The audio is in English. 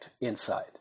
inside